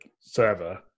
server